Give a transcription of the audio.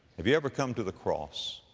have you ever come to the cross?